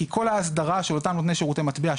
כי כל ההסדרה של אותם נותני שירותי מטבע,